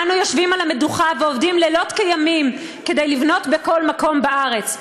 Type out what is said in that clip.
אנו יושבים על המדוכה ועובדים לילות כימים כדי לבנות בכל מקום בארץ,